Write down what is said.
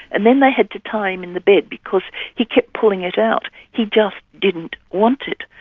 and then they had to tie him in the bed because he kept pulling it out. he just didn't want it.